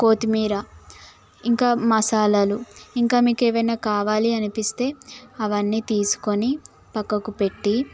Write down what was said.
కొత్తిమీర ఇంకా మసాలాలు ఇంకా మీకు ఏమైన్నా కావాలి అనిపిస్తే అవన్నీ తీసుకొని పక్కకు పెట్టి